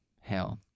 hell